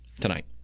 tonight